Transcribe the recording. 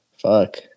Fuck